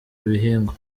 ibihingwa